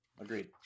agreed